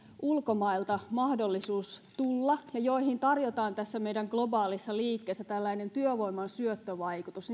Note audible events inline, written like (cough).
ulkomailta mahdollisuus tulla ja joille tarjotaan tässä meidän globaalissa liikkeessä tällainen työvoiman syöttövaikutus (unintelligible)